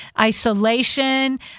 isolation